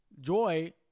Joy